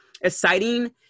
exciting